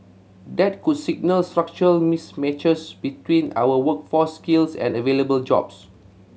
that could signal structural mismatches between our workforce skills and available jobs